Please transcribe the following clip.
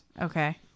okay